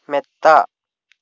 മെത്ത